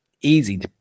Easy